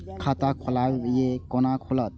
खाता खोलवाक यै है कोना खुलत?